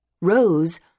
Rose